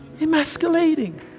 emasculating